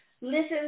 listen